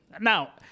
Now